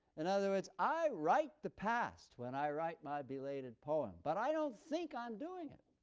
in other words, i write the past when i write my belated poem, but i don't think i'm doing it.